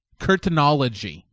Curtinology